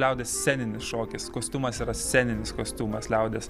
liaudies sceninis šokis kostiumas yra sceninis kostiumas liaudies